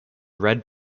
read